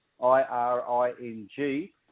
I-R-I-N-G